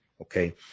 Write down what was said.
Okay